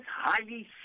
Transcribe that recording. highly